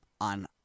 on